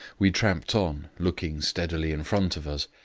we tramped on, looking steadily in front of us.